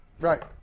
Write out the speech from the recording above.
Right